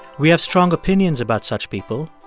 we have strong opinions about such people.